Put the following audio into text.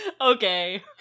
okay